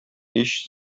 һич